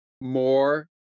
more